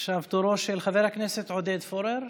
עכשיו תורו של חבר הכנסת עודד פורר.